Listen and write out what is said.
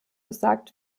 gesagt